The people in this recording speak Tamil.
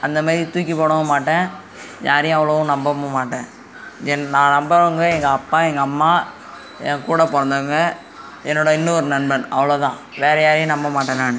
அந்தமாரி தூக்கி போடவும் மாட்டேன் யாரையும் அவ்வளோவும் நம்பவும் மாட்டேன் என் நான் நம்புறவங்க எங்கள் அப்பா எங்கள் அம்மா என் கூட பிறந்தவங்க என்னோடய இன்னொரு நண்பன் அவ்வளோதான் வேறு யாரையும் நம்ப மாட்டேன் நான்